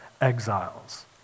exiles